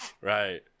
Right